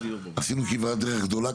עשינו כברת דרך גדולה,